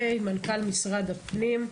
ועם מנכ"ל משרד הפנים,